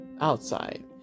outside